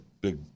big